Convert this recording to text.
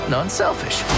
Non-selfish